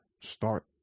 start